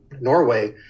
norway